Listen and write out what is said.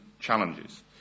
challenges